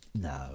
No